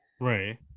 Right